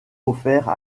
offerts